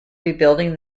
rebuilding